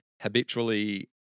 habitually